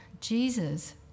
Jesus